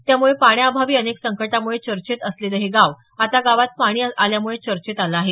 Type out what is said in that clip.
त्यामुळे पाण्याअभावी अनेक संकटामुळे चर्चेत असलेलं हे गाव आता गावात पाणी आल्यामुळे चर्चेत आलं आहे